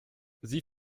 sie